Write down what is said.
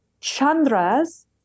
Chandra's